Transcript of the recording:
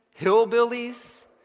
hillbillies